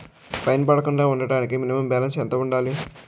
Fine పడకుండా ఉండటానికి minimum balance ఎంత ఉండాలి?